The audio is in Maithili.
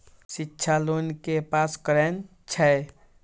शिक्षा लोन के पास करें छै?